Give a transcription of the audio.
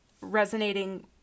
resonating